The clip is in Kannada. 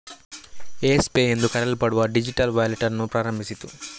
ಯೆಸ್ ಪೇ ಎಂದು ಕರೆಯಲ್ಪಡುವ ಡಿಜಿಟಲ್ ವ್ಯಾಲೆಟ್ ಅನ್ನು ಪ್ರಾರಂಭಿಸಿತು